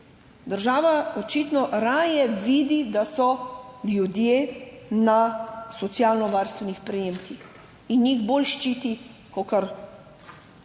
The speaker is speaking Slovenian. Država očitno raje vidi, da so ljudje na socialnovarstvenih prejemkih in jih bolj ščiti, kakor